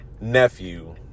nephew